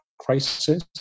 crisis